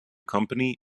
company